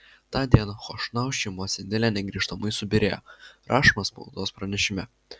tą dieną chošnau šeimos idilė negrįžtamai subyrėjo rašoma spaudos pranešime